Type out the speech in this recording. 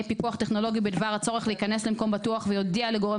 פיקוח טכנולוגי בדבר הצורך להיכנס למקום בטוח ויודיע לגורם